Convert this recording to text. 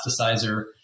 plasticizer